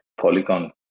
Polygon